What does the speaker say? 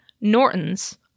Norton's